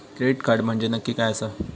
Credit card म्हंजे नक्की काय आसा?